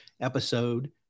episode